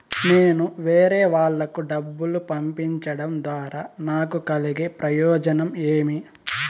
నేను వేరేవాళ్లకు డబ్బులు పంపించడం ద్వారా నాకు కలిగే ప్రయోజనం ఏమి?